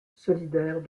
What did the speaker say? solidaires